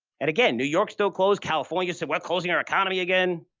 and again, new york still closed. california said, we're closing our economy again.